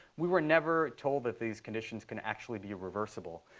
we were never told that these conditions can actually be reversible.